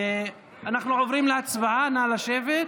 אנחנו עוברים להצבעה, נא לשבת.